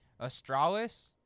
Astralis